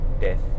death